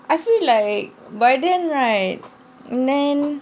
I feel like by then right and then